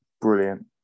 brilliant